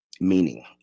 meaning